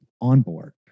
onboard